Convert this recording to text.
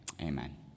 Amen